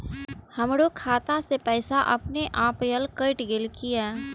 हमरो खाता से पैसा अपने अपनायल केट गेल किया?